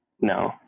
No